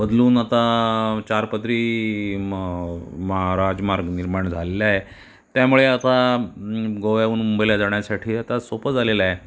बदलून आता चारपदरी मग मा राजमार्ग निर्माण झालेला आहे त्यामुळे आता गोव्याहून मुंबईला जाण्यासाठी आता सोपं झालेलं आहे